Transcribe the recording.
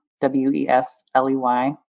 W-E-S-L-E-Y